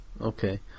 Okay